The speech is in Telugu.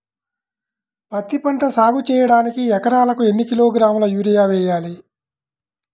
పత్తిపంట సాగు చేయడానికి ఎకరాలకు ఎన్ని కిలోగ్రాముల యూరియా వేయాలి?